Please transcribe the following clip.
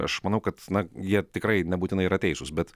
aš manau kad na jie tikrai nebūtinai yra teisūs bet